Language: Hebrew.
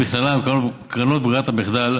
ובכללם קרנות ברירת מחדל,